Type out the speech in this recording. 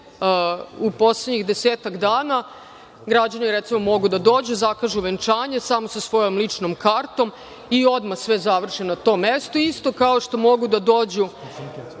u poslednjih desetak dana, građani mogu da dođu, zakažu venčanje samo sa svojom ličnom kartom i odmah sve završe na tom mestu, isto kao što mogu da dođu